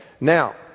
now